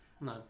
No